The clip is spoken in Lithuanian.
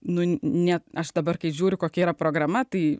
nu ne aš dabar kai žiūriu kokia yra programa tai